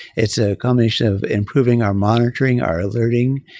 it's a combination of improving our monitoring, our alerting.